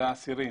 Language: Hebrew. אלה האסירים.